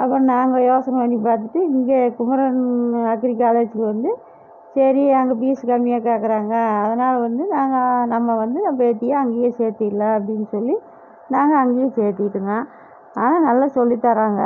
அப்புறம் நாங்கள் யோசனை பண்ணி பார்த்துட்டு இங்கே குமரன் அக்ரி காலேஜுக்கு வந்து சரி அங்கே பீஸ் கம்மியாக கேட்குறாங்க அதனால் வந்து நாங்கள் நம்ம வந்து என் பேத்தியை அங்கே சேத்திடலாம் அப்படின்னு சொல்லி நாங்கள் அங்கே சேர்த்திட்டோங்க ஆனால் நல்லா சொல்லித் தராங்க